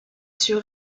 sur